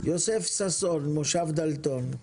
ששון יוסף ממושב דלתון.